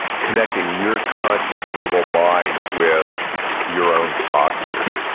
connecting your conscious verbal mind with your own posture.